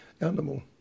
animal